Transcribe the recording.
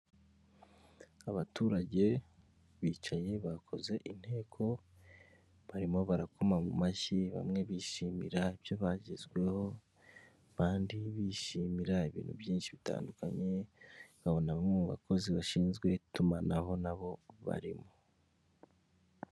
Abaturage bicaye bakoze inteko barimo barakoma mu mashyi, bamwe bishimira ibyo bagezweho abandi bishimira ibintu byinshi bitandukanye, abo ni bamwe mu bakozi bashinzwe iby'itumanaho nabo barimo.